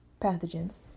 Pathogens